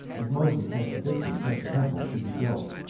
as moses had predicted such a temple should be built.